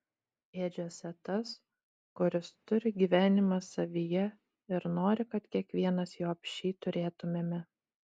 ėdžiose tas kuris turi gyvenimą savyje ir nori kad kiekvienas jo apsčiai turėtumėme